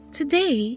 Today